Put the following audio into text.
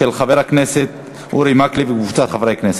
של חבר הכנסת אורי מקלב וקבוצת חברי כנסת.